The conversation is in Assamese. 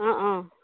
অঁ অঁ